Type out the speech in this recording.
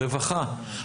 רווחה,